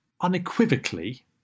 unequivocally